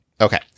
Okay